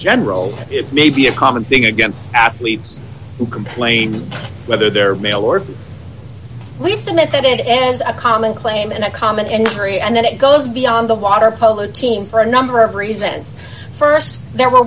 general it may be a common thing against athletes who complain whether they're male or at least admit that it is a common claim in a common injury and then it goes beyond the water polo team for a number of reasons st there were